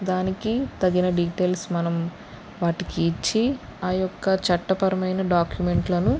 దానికి తగిన డిటైల్స్ మనం వాటికీ ఇచ్చి ఆ యొక్క చట్టపరమైన డాక్యుమెంట్లను